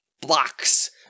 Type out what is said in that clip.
blocks